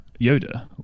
Yoda